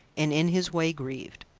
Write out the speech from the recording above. and, in his way, grieved.